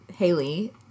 Haley